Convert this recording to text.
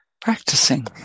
practicing